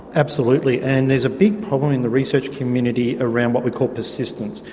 absolutely, and there's a big problem in the research community around what we call persistence.